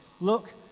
Look